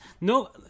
no